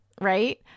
Right